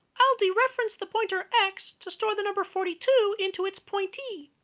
i'll dereference the pointer x to store the number forty two into its pointee.